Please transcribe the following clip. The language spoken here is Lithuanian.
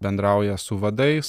bendrauja su vadais